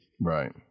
Right